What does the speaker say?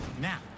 Now